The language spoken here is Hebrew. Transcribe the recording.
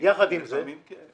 יחד עם זה,